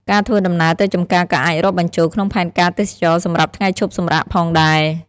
ការធ្វើដំណើរទៅចម្ការក៏អាចរាប់បញ្ចូលក្នុងផែនការទេសចរណ៍សម្រាប់ថ្ងៃឈប់សម្រាកផងដែរ។